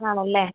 ആണല്ലേ